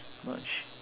merge